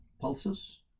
pulses